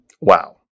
Wow